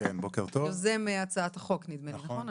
יוזם הצעת החוק, נכון?